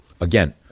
Again